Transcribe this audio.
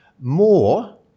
more